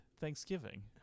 Thanksgiving